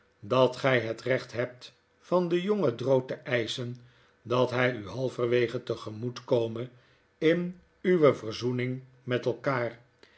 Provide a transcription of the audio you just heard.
dat gij het recht hebt van den jongen drood te eischen dathy u halverwege te gemoet kome in uwe verzoening met elkaar